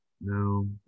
No